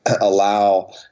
allow